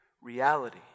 reality